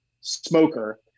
smoker